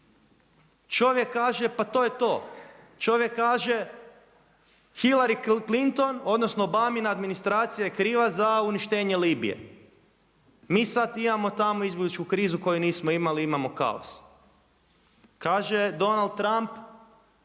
čovjek kaže pa to je to, čovjek kaže Hillary Clinton odnosno obamina administracija je kriva za uništenje Libije. Mi sada imamo tamo izbjegličku krizu koju nismo imali imamo kaos. Kaže Donald Trump